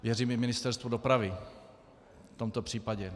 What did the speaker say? Věřím i Ministerstvu dopravy v tomto případě.